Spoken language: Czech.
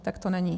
Tak to není.